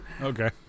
Okay